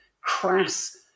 crass